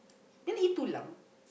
then eat too long